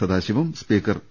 Sadasivam speaker P